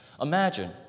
Imagine